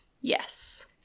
Yes